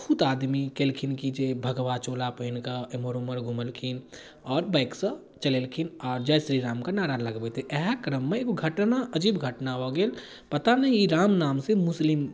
बहुत आदमी केलखिन कि जे भगवा चोला पहिनके एम्हर ओम्हर घुमलखिन आओर बाइकसब चलेलखिन आओर जय श्रीरामके नारा लगबैत इएह क्रममे एगो घटना अजीब घटना भऽ गेल पता नहि ई राम नामसँ मुसलिम